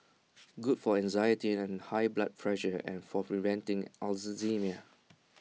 good for anxiety and high blood pressure and for preventing Alzheimer's